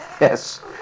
Yes